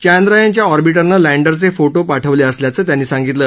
चांद्रयानच्या ऑर्बिटरनं लँडरचे फोटो पाठवले असल्याचं त्यांनी सांगितलं